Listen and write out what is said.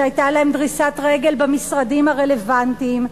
שהיתה להם דריסת רגל במשרדים הרלוונטיים,